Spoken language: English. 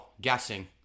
guessing